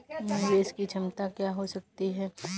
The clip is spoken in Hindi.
निवेश की क्षमता क्या हो सकती है?